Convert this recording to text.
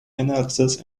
analysis